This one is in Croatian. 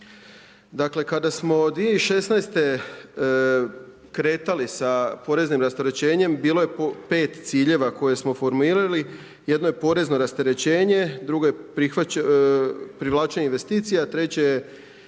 Dakle, kada smo 2016. kretali sa poreznim rasterećenjem, bilo je 5 ciljeva koje smo reformirali. Jedno je porezno rasterećenja, drugo je privlačenje investicija, treće je